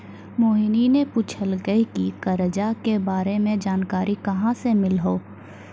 मोहिनी ने पूछलकै की करजा के बारे मे जानकारी कहाँ से मिल्हौं